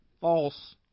false